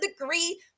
degree